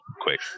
quick